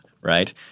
right